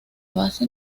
base